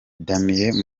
damien